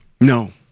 No